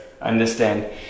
understand